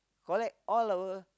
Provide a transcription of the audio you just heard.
collect all our